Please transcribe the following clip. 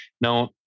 Now